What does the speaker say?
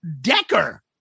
Decker